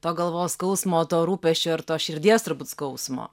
to galvos skausmo to rūpesčio ir tos širdies turbūt skausmo